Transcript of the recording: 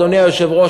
אדוני היושב-ראש,